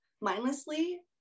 mindlessly